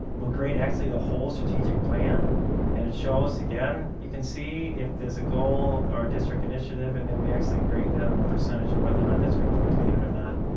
we'll grade actually the whole strategic plan and it shows again you can see if there's a goal or district initiative and then we actually grade that on a percentage of whether or not that's been completed or not.